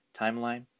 timeline